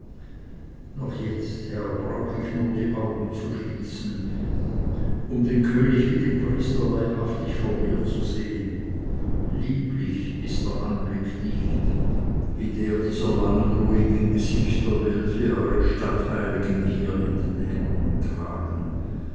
noch jetzt herr brauch ich nur die augen zu schließen um den könig wie den priester leibhaft vor mir zu sehen lieblich ist der anblick nicht wie der dieser langen ruhigen gesichter welche eure stadtheiligen hier in den händen tragen